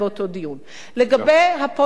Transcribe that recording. לגבי הפוסטר שהצגת.